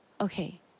okay